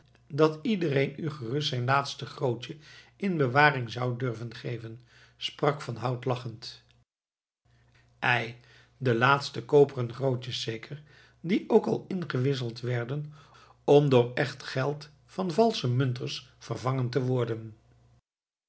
dat iedereen u gerust zijn laatste grootje in bewaring zou durven geven sprak van hout lachend ei de laatste koperen grootjes zeker die ook al ingewisseld werden om door slecht geld van valsche munters vervangen te worden